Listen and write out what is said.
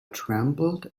trembled